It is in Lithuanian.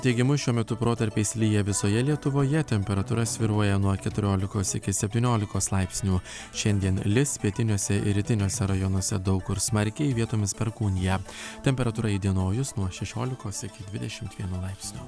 teigimu šiuo metu protarpiais lyja visoje lietuvoje temperatūra svyruoja nuo keturiolikos iki septyniolikos laipsnių šiandien lis pietiniuose ir rytiniuose rajonuose daug kur smarkiai vietomis perkūnija temperatūra įdienojus nuo šešiolikos iki dvidešimt vieno laipsnio